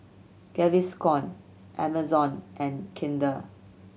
Gaviscon Amazon and Kinder